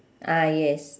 ah yes